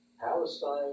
Palestine